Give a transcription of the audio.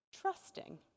trusting